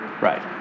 right